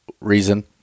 reason